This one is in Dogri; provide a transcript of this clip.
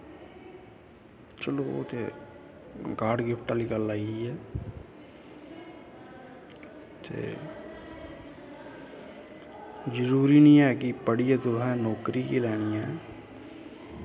चलो ओह् ते गाड गिफ्ट आह्ली गल्ल आई ऐ ते जरूरी नी ऐ कि पढ़ियै तुसैं नौकरी गै लैनी ऐ